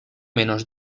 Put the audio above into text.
menos